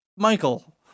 Michael